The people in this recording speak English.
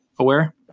aware